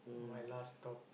my last stop